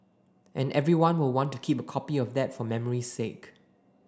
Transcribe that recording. and everyone will want to keep a copy of that for memory's sake